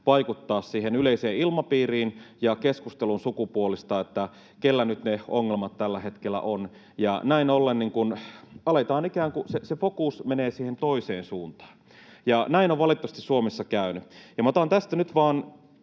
vaikuttaa siihen yleiseen ilmapiiriin ja keskusteluun sukupuolista, että kellä nyt ne ongelmat tällä hetkellä on, ja näin ollen se fokus menee siihen toiseen suuntaan. Näin on valitettavasti Suomessa käynyt. Otan tästä nyt vain